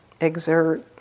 exert